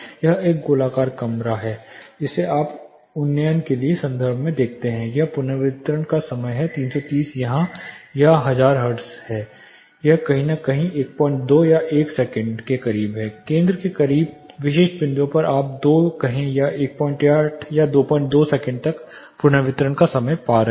यह एक गोलाकार कमरा है जिसे आप उन्नयन के संदर्भ में देखते हैं यह पुनर्वितरण का समय है 330 यहां यह 1000 हर्ट्ज है यह कहीं न कहीं 12 या 1 सेकंड केंद्र के करीब विशिष्ट बिंदुओं पर आप 2 या कहें 18 या 22 सेकंड तक पुनर्वितरण का समय पा रहे हैं